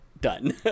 Done